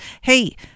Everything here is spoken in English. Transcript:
hey